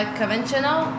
conventional